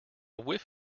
whiff